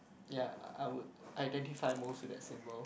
ya I I would identify most of that symbol